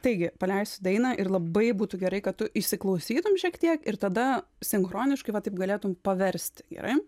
taigi paleisiu dainą ir labai būtų gerai kad tu įsiklausytum šiek tiek ir tada sinchroniškai va taip galėtum paversti gerai